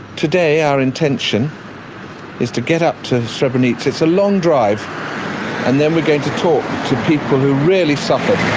today, our intention is to get up to srebrenica it's a long drive and then we're going to talk to people who really suffered